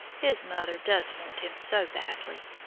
his mother does want him so badly.